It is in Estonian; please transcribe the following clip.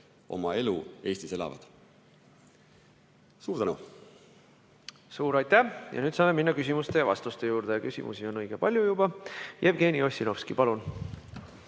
oma elu Eestis elavad. Suur tänu! Suur aitäh! Nüüd saame minna küsimuste ja vastuste juurde. Ja küsimusi on õige palju juba. Jevgeni Ossinovski, palun!